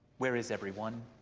where is everyone?